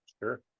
Sure